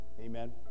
amen